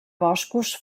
boscos